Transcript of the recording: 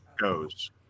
goes